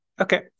Okay